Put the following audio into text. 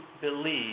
believe